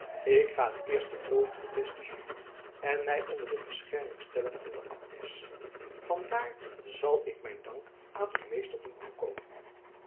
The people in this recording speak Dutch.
ik ga het eerste klooster het beste zoeken en mij onder de bescherming stellen der abdis van daar zal ik mijn dank aan uw meester doen toekomen